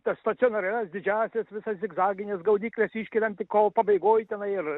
tas stacionarias didžiąsias visas zigzagines gaudykles iškeliam tik kovo pabaigoj tenai ir